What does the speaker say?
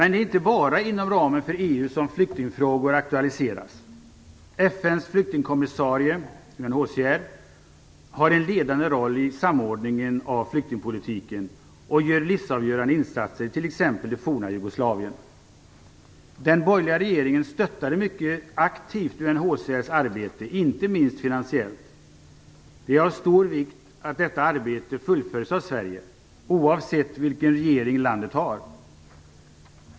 Det är inte bara inom ramen för EU som flyktingfrågor aktualiseras. FN:s flyktingkommissarie UNHCR har en ledande roll i samordningen av flyktingpolitiken och gör livsavgörande insatser i t.ex. det forna Jugoslavien. Den borgerliga regeringen stöttade mycket aktivt UNHCR:s arbete, inte minst finansiellt. Det är av stor vikt att detta arbete fullföljs av Sverige oavsett vilken regering landet har.